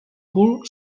cul